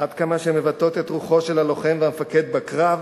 עד כמה שהן מבטאות את רוחו של הלוחם והמפקד בקרב,